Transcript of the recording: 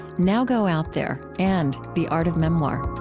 now go out there, and the art of memoir